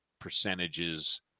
percentages